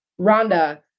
Rhonda